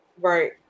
Right